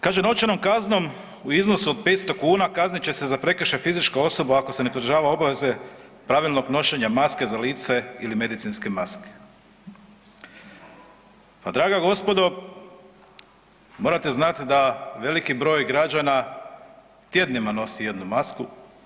Kaže: „Novčanom kaznom u iznosu od 500 kuna kaznit će se za prekršaj fizička osoba ako se ne pridržava obaveze pravilnog nošenja maske za lice ili medicinske maske.“ Pa draga gospodo, morate znati da veliki broj građana tjednima nosi jednu masku.